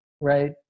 right